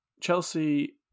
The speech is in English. Chelsea